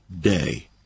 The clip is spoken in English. day